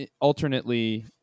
alternately